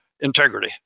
integrity